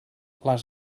les